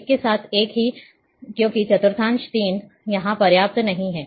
एक के साथ एक ही है क्योंकि चतुर्थांश 3 यहां पर्याप्त नहीं है